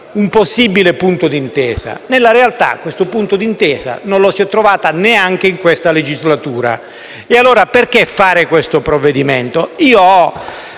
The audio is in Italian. un possibile punto d'intesa. Nella realtà questo punto di intesa non lo si è trovato neanche in questa legislatura. Allora perché adottare questo provvedimento?